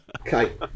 Okay